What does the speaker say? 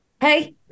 hey